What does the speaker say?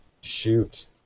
Shoot